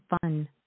fun